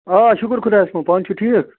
آ شُکُر خُدایس کُن پانہٕ چھِو ٹھِیٖک